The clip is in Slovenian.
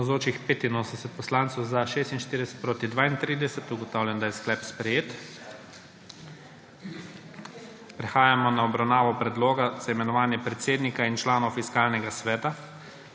proti 32. (Za je glasovalo 46.) (Proti 32.) Ugotavljam, da je sklep sprejet. Prehajamo na obravnavo Predloga za imenovanje predsednika in članov Fiskalnega sveta.